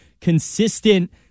consistent